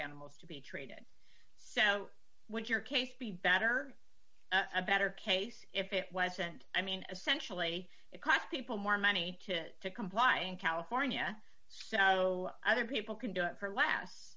animals to be treated so when your case be better a better case if it wasn't i mean essentially it cost people more money to comply california so other people can do it for l